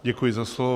Děkuji za slovo.